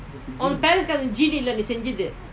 சரிவிடுங்க:sari vidunka